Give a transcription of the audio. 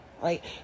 Right